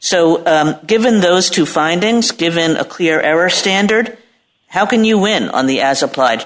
so given those two findings given a clear error standard how can you win on the as applied